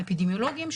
האפידמיולוגיים,